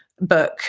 book